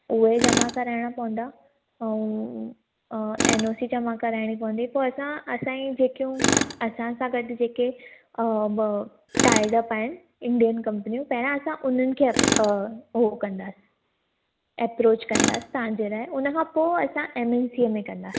उहे जमा कराइणा पवंदा ऐं एन ओ सी जमा कराइणी पवंदी पोइ असां असांजी जेकियूं असां सां गॾु जेके टाइडअप आहे इंडियन कम्पनियूं पहिरां असां हुनखे हो कंदासीं एप्रॉच कंदासीं तव्हां जे लाइ उन खां पोइ असां एम एन सी में कंदासीं